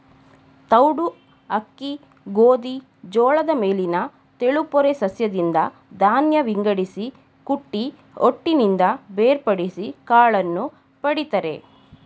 ತೌಡು ಅಕ್ಕಿ ಗೋಧಿ ಜೋಳದ ಮೇಲಿನ ತೆಳುಪೊರೆ ಸಸ್ಯದಿಂದ ಧಾನ್ಯ ವಿಂಗಡಿಸಿ ಕುಟ್ಟಿ ಹೊಟ್ಟಿನಿಂದ ಬೇರ್ಪಡಿಸಿ ಕಾಳನ್ನು ಪಡಿತರೆ